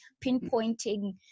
pinpointing